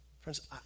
Friends